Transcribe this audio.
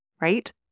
right